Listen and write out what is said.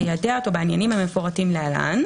התוספת כאן היא שבעבירות האלה,